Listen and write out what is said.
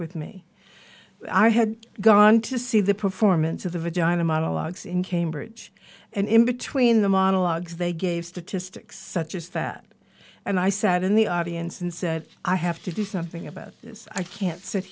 with me i had gone to see the performance of the vagina monologues in cambridge and in between the monologues they gave statistics such as that and i sat in the audience and said i have to do something about this i can't sit